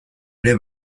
ere